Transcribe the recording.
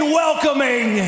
welcoming